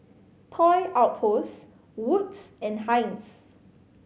Toy Outpost Wood's and Heinz